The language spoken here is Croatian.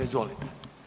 Izvolite.